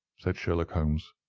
said sherlock holmes.